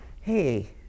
hey